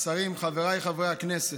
שרים, חבריי חברי הכנסת,